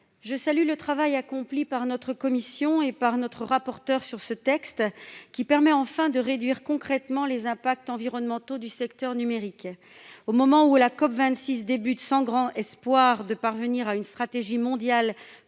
je salue le travail accompli par notre commission et par nos rapporteurs sur ce texte, qui va permettre de réduire enfin concrètement les impacts environnementaux du secteur numérique. Au moment où la COP26 débute, sans grand espoir de parvenir à une stratégie mondiale